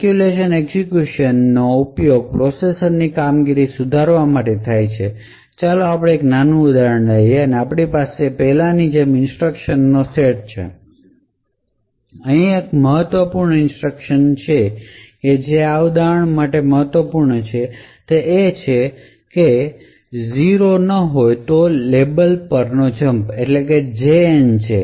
speculation execution નો ઉપયોગ processor ની કામગીરી સુધારવા માટે થાય છે તેથી ચાલો આપણે એક નાનું ઉદાહરણ લઈએ અને આપણી પાસે પહેલાની જેમ ઇન્સટ્રકશન નો સેટ છે અને એક મહત્વપૂર્ણ ઇન્સટ્રકશન જે આ ઉદાહરણ માટે મહત્વપૂર્ણ છે તે છે આ 0 ના હોય તો લેબલ પરનો જંપ છે